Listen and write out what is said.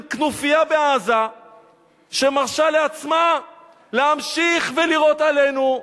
כנופיה בעזה שמרשה לעצמה להמשיך ולירות עלינו.